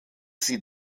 sie